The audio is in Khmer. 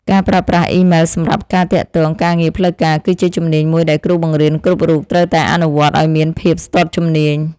ការប្រើប្រាស់អ៊ីមែលសម្រាប់ការទាក់ទងការងារផ្លូវការគឺជាជំនាញមួយដែលគ្រូបង្រៀនគ្រប់រូបត្រូវតែអនុវត្តឱ្យមានភាពស្ទាត់ជំនាញ។